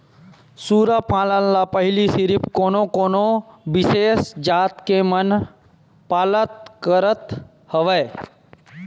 सूरा पालन ल पहिली सिरिफ कोनो कोनो बिसेस जात के मन पालत करत हवय